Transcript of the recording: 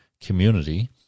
community